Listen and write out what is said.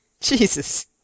Jesus